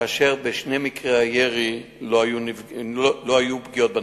כאשר בשני מקרי הירי לא היו פגיעות בנפש.